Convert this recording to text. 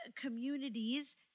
communities